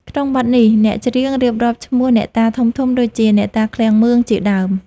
ក្នុងបទនេះ អ្នកច្រៀងរៀបរាប់ឈ្មោះអ្នកតាធំៗដូចជា អ្នកតាឃ្លាំងមឿង ជាដើម។